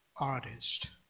artist